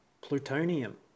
plutonium